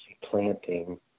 planting